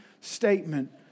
statement